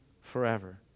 forever